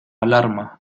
alarma